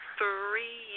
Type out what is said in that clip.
three